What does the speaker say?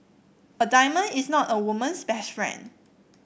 a diamond is not a woman's best friend